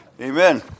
Amen